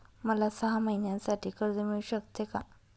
मला सहा महिन्यांसाठी कर्ज मिळू शकते का?